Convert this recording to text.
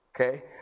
Okay